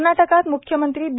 कर्नाटकात मुख्यमंत्री बी